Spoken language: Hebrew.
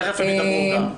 תיכף הם ידברו גם.